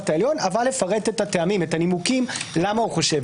העליון אבל להפנות את הנימוקים למה חושב.